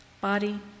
body